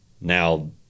now